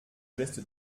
geste